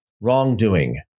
wrongdoing